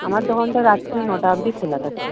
আমার দোকানটা রাত্রি নটা অবধি খোলা থাকে